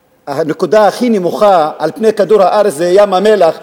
הנקודה הכי נמוכה על פני כדור הארץ זה ים המלח,